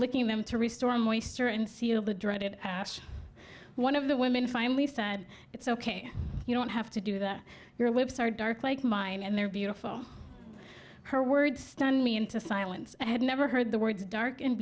looking them to restore moisture and seal the dreaded one of the women finally said it's ok you don't have to do that your lips are dark like mine and they're beautiful her words stunned me into silence and had never heard the words dark and